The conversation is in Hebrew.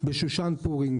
בשושן פורים,